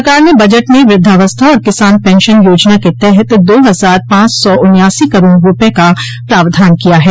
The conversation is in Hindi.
सरकार ने बजट में वृद्धावस्था और किसान पेंशन योजना के तहत दो हजार पांच सौ उन्यासी करोड़ रूपये का प्रावधान किया है